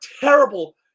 terrible